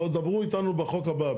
בואו, דברו איתנו בחוק הבא.